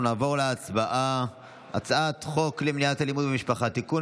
אנחנו נעבור להצבעה על הצעת חוק למניעת אלימות במשפחה (תיקון,